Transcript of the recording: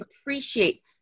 appreciate